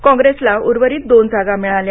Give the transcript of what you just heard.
कॉंग्रेसला उर्वरित दोन जागा मिळाल्या